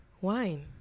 wine